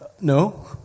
No